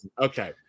Okay